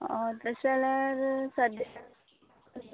तशें जाल्यार सद्द्या